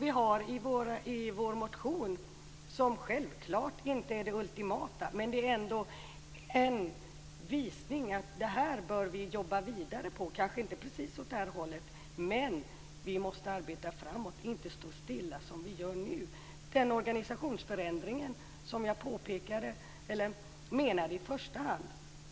Vi har vår motion, som självklart inte är det ultimata men ändå visar att vi bör jobba vidare, kanske inte precis åt det här hållet, men vi måste arbeta framåt och inte stå stilla som vi gör nu. Den organisationsförändring som jag menade i första hand